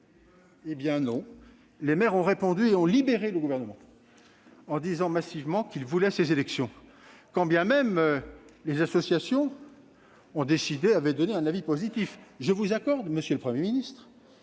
Eh bien non, les maires répondirent et libérèrent le Gouvernement, en affirmant massivement qu'ils voulaient ces élections, quand bien même les associations avaient déjà donné un avis positif. Je vous accorde, monsieur le Premier ministre,